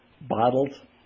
bottled